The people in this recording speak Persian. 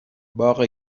باغ